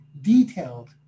detailed